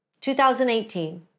2018